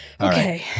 Okay